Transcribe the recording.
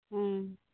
ᱦᱮᱸ